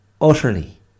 utterly